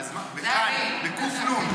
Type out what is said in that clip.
בק"ן.